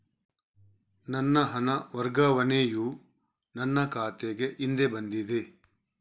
ನನ್ನ ಹಣ ವರ್ಗಾವಣೆಯು ನನ್ನ ಖಾತೆಗೆ ಹಿಂದೆ ಬಂದಿದೆ